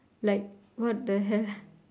like what the hell